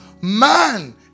man